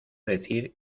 decir